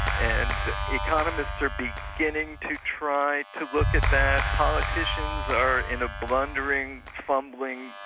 and economists are beginning to try to look at that. politicians are in a blundering, fumbling,